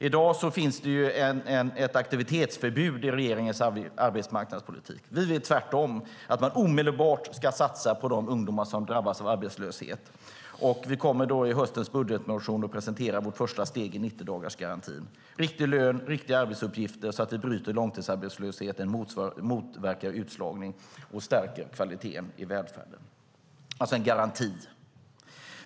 I dag finns det ett aktivitetsförbud i regeringens arbetsmarknadspolitik. Vi vill tvärtom att man omedelbart ska satsa på de ungdomar som drabbas av arbetslöshet, och vi kommer i höstens budgetmotion att presentera vårt första steg i 90-dagarsgarantin: riktig lön och riktiga arbetsuppgifter så att vi bryter långtidsarbetslösheten, motverkar utslagning och stärker kvaliteten i välfärden. Detta är alltså en garanti.